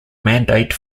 mandate